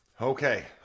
Okay